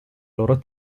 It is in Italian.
loro